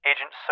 Agent